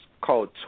called